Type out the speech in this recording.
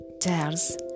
tells